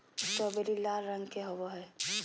strawberry लाल रंग के होव हई